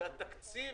שהתקציב